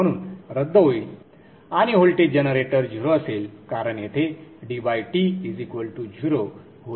म्हणून रद्द होईल आणि व्होल्टेज जनरेटर 0 असेल कारण येथे dt0 व्होल्टेज देखील 0 आहे